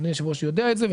אדוני היושב-ראש יודע את זה,